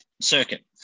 circuit